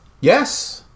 Yes